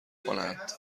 کنند